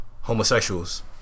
homosexuals